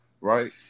right